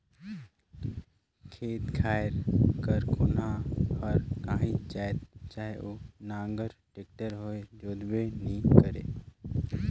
खेत खाएर कर कोनहा हर काहीच जाएत चहे ओ नांगर, टेक्टर होए जोताबे नी करे